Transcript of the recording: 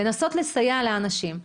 לנסות לסייע לאנשים.